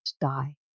die